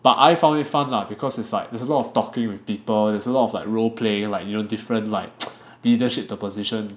but I found it fun lah because it's like there's a lot of talking with people there's a lot of like role playing like you know different like leadership position